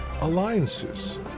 alliances